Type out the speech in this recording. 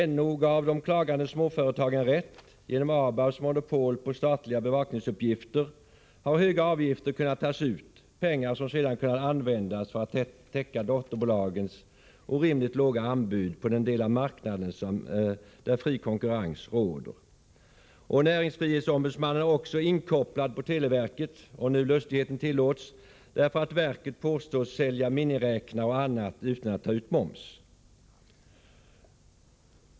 NO gav de klagande småföretagen rätt — genom ABAB:s monopol på statliga bevakningsuppgifter har höga avgifter kunnat tas ut, pengar som sedan kunnat användas för att täcka dotterbolagens orimligt låga anbud på den del av marknaden där fri konkurrens råder. Näringsfrihetsombudsmannen är också inkopplad på televerket — om nu lustigheten tillåts — därför att verket påstås sälja miniräknare och annat utan att ta ut moms.